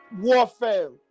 warfare